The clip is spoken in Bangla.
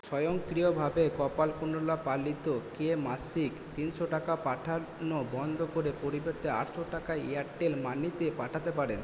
স্বয়ংক্রিয়ভাবে কপালকুণ্ডলা পালিতকে মাসিক তিনশো টাকা পাঠানো বন্ধ করে পরিবর্তে আটশো টাকা এয়ারটেল মানিতে পাঠাতে পারেন